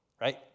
right